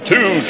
Two